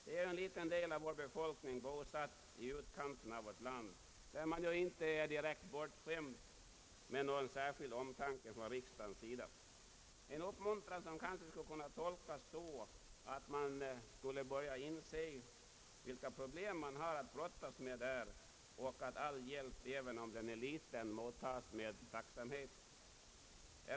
De utgör en liten del av vår befolkning, bosatt i utkanten av vårt land, där man inte är direkt bortskämd med någon särskild omtanke från riksdagens sida, och en uppmuntran kanske skulle kunna tolkas så att man nu börjar inse vilka problem gotlänningarna har att brottas med. All hjälp, även om den är liten, mottas med tacksamhet.